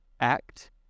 act